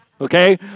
okay